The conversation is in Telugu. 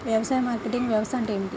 వ్యవసాయ మార్కెటింగ్ వ్యవస్థ అంటే ఏమిటి?